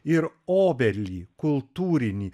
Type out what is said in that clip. ir obelį kultūrinį